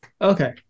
Okay